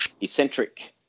eccentric –